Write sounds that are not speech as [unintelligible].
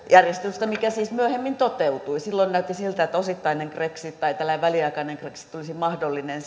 järjestelystä mikä siis myöhemmin toteutui silloin näytti siltä että osittainen brexit tai tällainen väliaikainen brexit olisi mahdollinen [unintelligible]